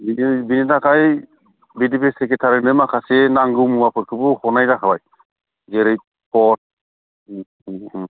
बेनिथाखाय भिडिपि सेक्रेटारिनो माखासे नांगौ मुवाफोरखौबो हरनाय जाखाबाय जेरै कर्ट